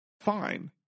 Fine